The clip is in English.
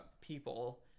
people